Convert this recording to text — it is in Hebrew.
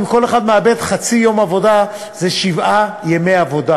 אם כל אחד מאבד חצי יום עבודה זה שבעה ימי עבודה